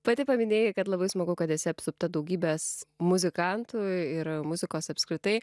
pati paminėjai kad labai smagu kad esi apsupta daugybės muzikantų ir muzikos apskritai